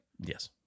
Yes